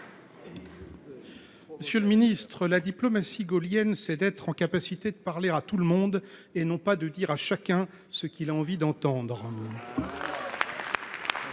Monsieur le ministre, la diplomatie gaullienne, c’est être capable de parler à tout le monde et non dire à chacun ce qu’il a envie d’entendre.